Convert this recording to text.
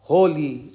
Holy